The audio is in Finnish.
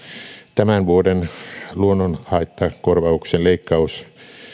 tämän vuoden luonnonhaittakorvauksen leikkaus